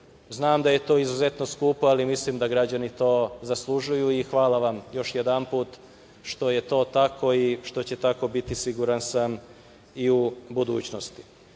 Znam da je to izuzetno skupo, ali mislim da građani to zaslužuju. Hvala vam još jedanput što je to tako i što će tako biti siguran sam i u budućnosti. Želeo